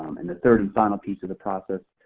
um and the third and final piece of the process,